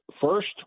first